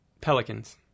Pelicans